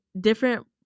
different